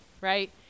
Right